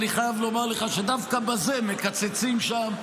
אני חייב לומר לך שדווקא בזה מקצצים שם,